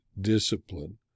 discipline